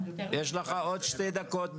יש לך עוד שתי דקות,